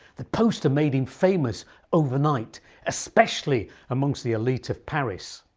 the poster made him famous overnight especially, amongst the elite of paris.